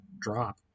drop